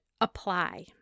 apply